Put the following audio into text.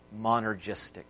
Monergistic